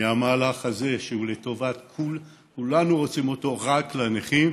מהמהלך הזה, שכולנו רוצים אותו רק לנכים,